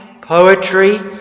poetry